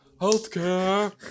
healthcare